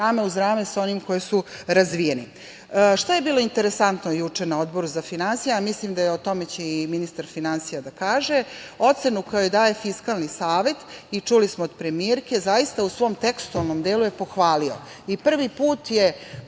rame uz rame sa onima koje su razvijene. Šta je bilo interesantno juče na Odboru za finansije, a o tome će i ministar finansija da kaže, ocena koju daje Fiskalni savet i čuli smo od premijerke, zaista u svom tekstualnom delu je pohvalio. Prvi put je